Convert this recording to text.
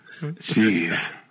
jeez